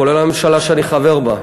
כולל הממשלה שאני חבר בה,